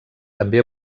també